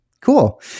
Cool